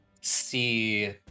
see